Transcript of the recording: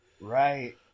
Right